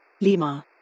Lima